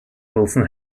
wilson